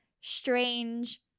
strange